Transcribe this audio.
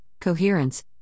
coherence